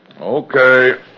Okay